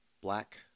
black